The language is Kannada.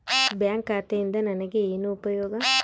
ಬ್ಯಾಂಕ್ ಖಾತೆಯಿಂದ ನನಗೆ ಏನು ಉಪಯೋಗ?